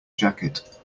jacket